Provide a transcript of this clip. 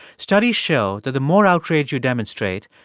studies show that the more outrage you demonstrate,